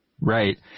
Right